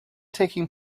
taking